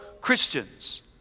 Christians